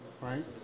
right